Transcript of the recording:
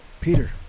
Peter